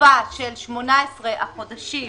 התקופה של 18 החודשים